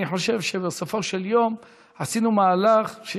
אני חושב שבסופו של יום עשינו מהלך.